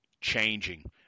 changing